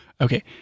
Okay